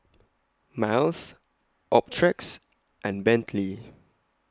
Miles Optrex and Bentley